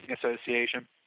Association